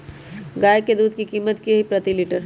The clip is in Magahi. गाय के दूध के कीमत की हई प्रति लिटर?